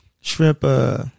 shrimp